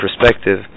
perspective